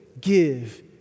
give